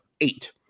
eight